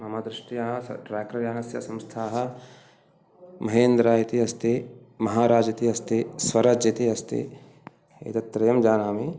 मम दृष्ट्या सः ट्रेक्टर्यानस्य संस्थाः महेन्द्र इति अस्ति महाराज् इति अस्ति स्वराज् इति अस्ति एतत्त्रयं जानामि